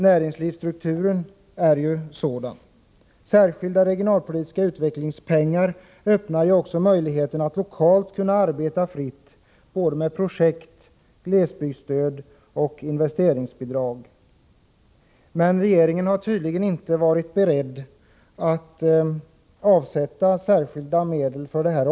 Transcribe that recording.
Näringslivsstrukturen är ju sådan. Särskilda regionalpolitiska utvecklingspengar öppnar också möjligheterna att lokalt arbeta fritt med både projekt, glesbygdsstöd och investeringsbidrag. Men regeringen har tydligen inte varit beredd att avsätta särskilda medel för detta område.